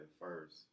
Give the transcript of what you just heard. first